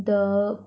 the